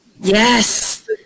Yes